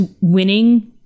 winning